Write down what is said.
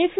F